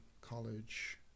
college